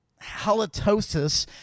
halitosis